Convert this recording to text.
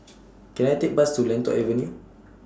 Can I Take Bus to Lentor Avenue